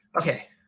okay